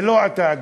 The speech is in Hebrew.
ולא אתה,